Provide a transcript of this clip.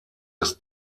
des